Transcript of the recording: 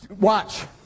Watch